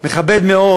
מכבד מאוד